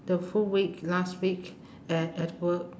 the full week last week at at work